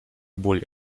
боль